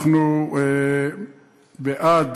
אנחנו בעד